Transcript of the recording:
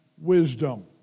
wisdom